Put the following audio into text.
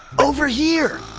over here!